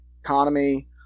economy